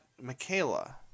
Michaela